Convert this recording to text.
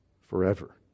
forever